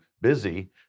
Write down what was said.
busy